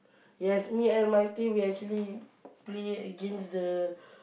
yes me and my team we actually play against the